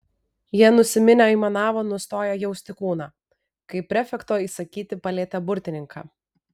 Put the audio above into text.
jie nusiminę aimanavo nustoję jausti kūną kai prefekto įsakyti palietė burtininką